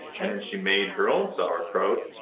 and she made her own sauerkraut,